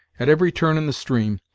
at every turn in the stream,